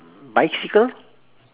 bicycle